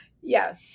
Yes